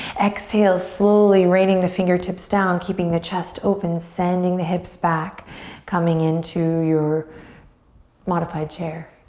exhale. slowly raining the fingertips down keeping the chest open, sending the hips back coming into your modified chair.